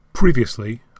Previously